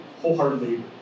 wholeheartedly